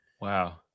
Wow